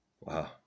Wow